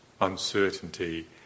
uncertainty